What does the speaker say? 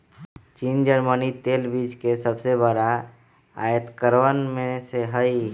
चीन जर्मनी तेल बीज के सबसे बड़ा आयतकरवन में से हई